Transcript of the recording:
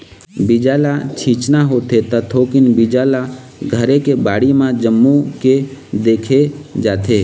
बीजा ल छिचना होथे त थोकिन बीजा ल घरे के बाड़ी म जमो के देखे जाथे